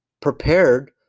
prepared